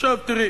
עכשיו תראי,